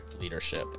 leadership